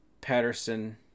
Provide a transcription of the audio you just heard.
Patterson